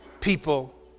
people